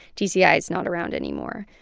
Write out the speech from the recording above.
tci is not around anymore.